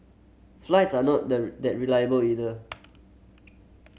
flights are not the that reliable either